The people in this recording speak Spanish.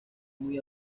muy